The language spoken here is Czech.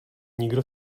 nikdo